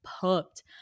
pumped